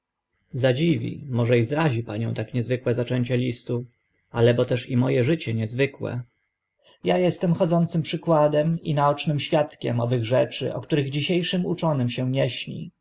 wątpią zadziwi może i zrazi panią tak niezwykłe zaczęcie listu ale bo też i mo e życie niezwykłe ja estem chodzącym przykładem i naocznym świadkiem owych rzeczy o których dzisie szym uczonym się nie śni